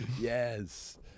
Yes